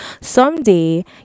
Someday